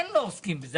אין לא עוסקים בזה.